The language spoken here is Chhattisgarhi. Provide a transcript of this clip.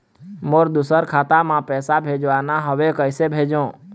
मोर दुसर खाता मा पैसा भेजवाना हवे, कइसे भेजों?